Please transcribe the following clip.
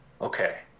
Okay